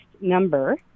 number